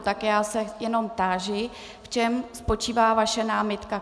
Tak já se jenom táži, v čem spočívá vaše námitka.